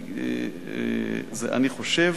אני חושב